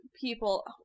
people